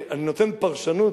אני נותן פרשנות,